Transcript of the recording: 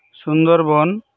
ᱥᱩᱱᱫᱚᱨ ᱵᱚᱱ